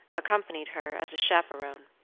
accompanied her as a chaperon.